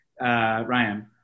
ryan